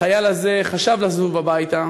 החייל הזה חשב לשוב הביתה,